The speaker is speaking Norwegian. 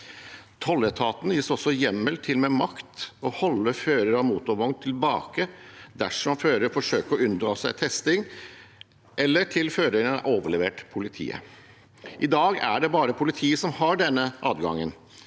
Tolletaten gis også hjemmel til med makt å holde fører av motorvogn tilbake dersom føreren forsøker å unndra seg testing, eller til føreren er overlevert politiet. I dag er det bare politiet som har denne adgangen.